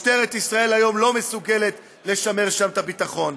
משטרת ישראל היום לא מסוגלת לשמר שם את הביטחון.